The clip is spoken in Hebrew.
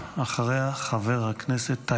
אחריה, חבר הכנסת טייב.